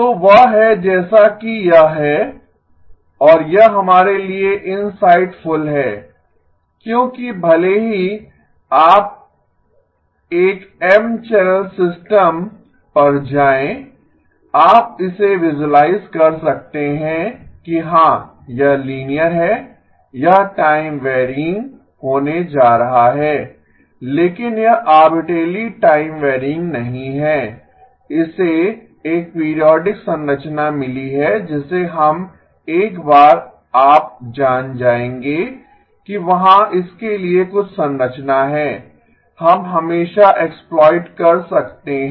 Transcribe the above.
तो वह है जैसा कि यह है और यह हमारे लिए इनसाइटफुल है क्योंकि भले ही आप एक M चैनल सिस्टम पर जाएं आप इसे विसुलाइज कर सकते हैं कि हां यह लीनियर है यह टाइम वैरयिंग होने जा रहा है लेकिन यह आर्बिट्रेली टाइम वैरयिंग नहीं है इसे एक पीरियोडिक संरचना मिली है जिसे हम एक बार आप जान जायेंगें कि वहाँ इसके लिए कुछ संरचना है हम हमेशा एक्सप्लोइट कर सकते हैं